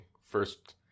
first